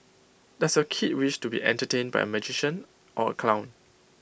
does your kid wish to be entertained by A magician or A clown